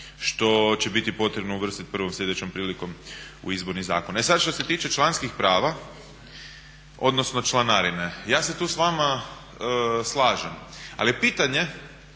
što će biti potrebno uvrstiti prvom sljedećom prilikom u Izborni zakon. E sada što se tiče članskih prava, odnosno članarine. Ja se tu s vama slažem ali je pitanje